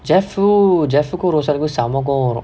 jeff uh jeff கு:ku roshan கு செம கோவோ வரு:ku sema kovo varu